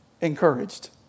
encouraged